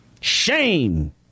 Shame